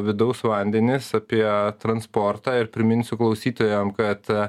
vidaus vandenis apie transportą ir priminsiu klausytojam kad